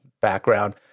background